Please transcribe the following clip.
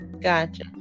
gotcha